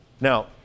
now